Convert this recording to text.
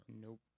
Nope